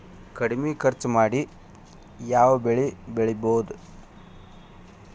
ಕಡಮಿ ಖರ್ಚ ಮಾಡಿ ಯಾವ್ ಬೆಳಿ ಬೆಳಿಬೋದ್?